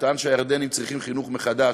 הוא טען שהירדנים צריכים חינוך מחדש.